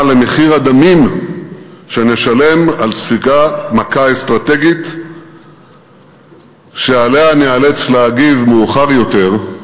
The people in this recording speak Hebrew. למחיר הדמים שנשלם על ספיגת מכה אסטרטגית שעליה ניאלץ להגיב מאוחר יותר,